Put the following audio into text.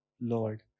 Lord